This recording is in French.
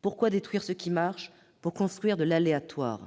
Pourquoi détruire ce qui fonctionne pour construire de l'aléatoire ?